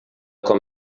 com